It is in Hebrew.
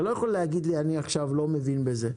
אתה לא יכול להגיד לי: אני לא מבין בזה.